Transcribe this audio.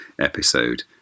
episode